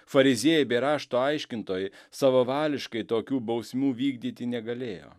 fariziejai bei rašto aiškintojai savavališkai tokių bausmių vykdyti negalėjo